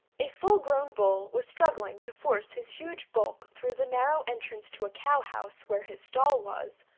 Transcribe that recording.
a full-grown bull was struggling to force his huge bulk through the narrow entrance to a cow-house where his stall was,